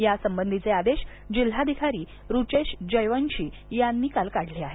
यासंबधीचे आदेश जिल्हाधिकारी रुचेश जयवंशी यांनी काल काढले आहे